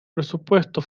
presupuesto